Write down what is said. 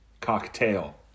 cocktail